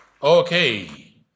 Okay